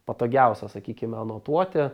patogiausia sakykime anotuoti